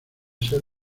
ser